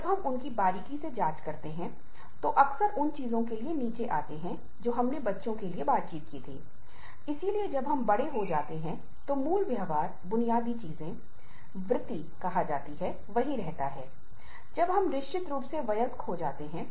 और संघर्ष मॉडल का कहना है कि अगर दोनों क्षेत्रों मे काम और जीवन से उच्च मांग है तो यह काम के अधिभार को जन्म देगा और व्यक्ति तनाव का अनुभव करेगा